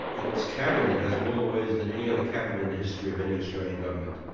its cabinet has more lawyers than any other cabinet in the history of any australian government.